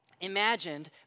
imagined